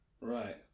Right